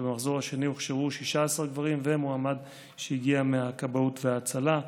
ובמחזור השני הוכשרו 16 גברים ומועמד שהגיע מהכבאות וההצלה.